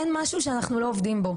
אין משהו שאנחנו לא עובדים בו.